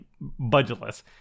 budgetless